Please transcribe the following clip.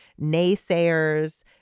naysayers